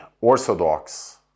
orthodox